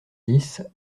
dix